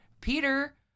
Peter